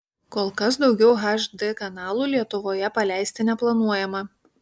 kol kas daugiau hd kanalų lietuvoje paleisti neplanuojama